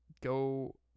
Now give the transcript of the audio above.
go